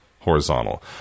horizontal